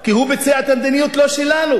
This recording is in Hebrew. כי הוא ביצע מדיניות לא שלנו.